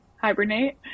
Hibernate